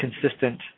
consistent